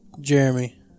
Jeremy